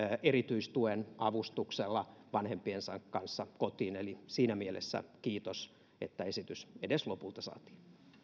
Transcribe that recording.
erityistuen avustuksella vanhempiensa kanssa kotiin eli siinä mielessä kiitos että esitys edes lopulta saatiin